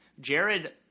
Jared